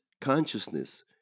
consciousness